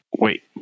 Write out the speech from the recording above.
Wait